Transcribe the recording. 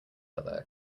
other